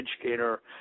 educator